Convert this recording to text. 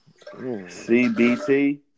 CBT